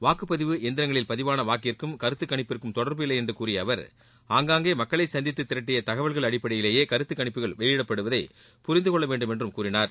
வாக்குப்பதிவு எந்திரங்களில் பதிவான வாக்குக்கிற்கும் கருத்துக்கணிப்புக்கும் தொடர்பில்லை என்று கூறிய அவர் ஆங்காங்கே மக்களை சந்தித்து திரட்டிய தகவல்கள் அடிப்படையிலேயே கருத்துக்கணிப்புகள் வெளியிடப்படுவதை புரிந்துகொள்ளவேண்டும் என்றும் கூறினார்